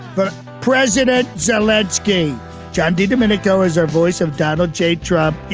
but president zaleski john did a minute ago as our voice of donald j. trump, you